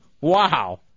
Wow